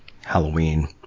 Halloween